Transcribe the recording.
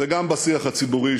וגם בשיח הציבורי,